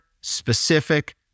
specific